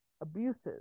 abuses